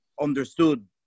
understood